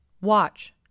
Watch